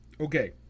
Okay